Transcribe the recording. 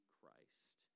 Christ